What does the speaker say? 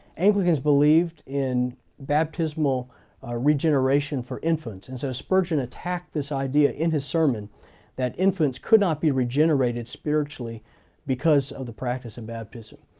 anglicans believed in baptismal regeneration for infants. and so spurgeon attacked this idea in his sermon that infants could not be regenerated spiritually because of the practice of and baptism.